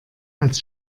als